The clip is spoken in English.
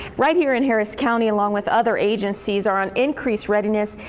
right here in harris county, along with other agencies, are on increased readiness,